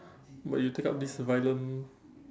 but you take up this violent